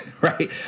right